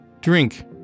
Drink